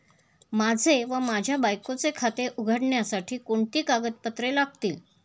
माझे व माझ्या बायकोचे खाते उघडण्यासाठी कोणती कागदपत्रे लागतील?